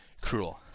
cruel